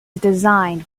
designed